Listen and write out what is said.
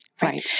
Right